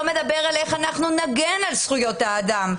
לא אומר איך אנחנו נגן על זכויות האדם.